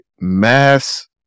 mass